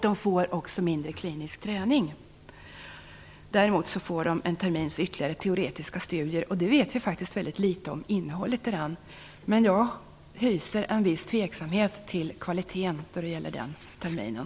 De får också mindre klinisk träning. Däremot får de ytterligare en termins teoretiska studier, och innehållet i dem vet vi faktiskt väldigt litet om. Jag hyser vissa tvivel när det gäller kvaliteten på utbildningen under den terminen.